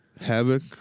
Havoc